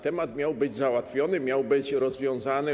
Temat miał być załatwiony, miał być rozwiązany.